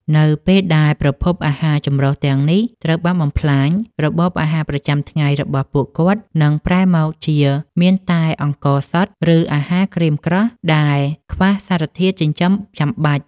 នៅពេលដែលប្រភពអាហារចម្រុះទាំងនេះត្រូវបានបំផ្លាញ របបអាហារប្រចាំថ្ងៃរបស់ពួកគាត់នឹងប្រែមកជាមានតែអង្ករសុទ្ធ ឬអាហារក្រៀមក្រោះដែលខ្វះសារធាតុចិញ្ចឹមចាំបាច់។